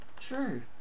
true